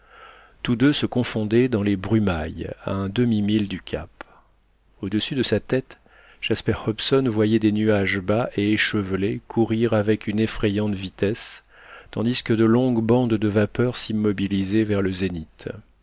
tous deux se confondaient dans les brumailles à un demi-mille du cap au-dessus de sa tête jasper hobson voyait des nuages bas et échevelés courir avec une effrayante vitesse tandis que de longues bandes de vapeurs s'immobilisaient vers le zénith